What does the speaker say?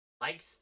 likes